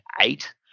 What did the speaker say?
eight